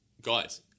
guys